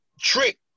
trick